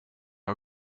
har